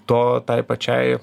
to tai pačiai